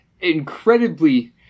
incredibly